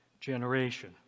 generation